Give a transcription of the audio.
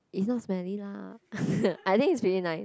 is not smelly lah I think it's pretty nice